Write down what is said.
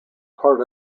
part